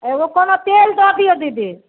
एगो कोनो तेल दऽ दियौ दीदी